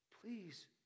please